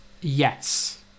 Yes